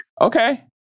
Okay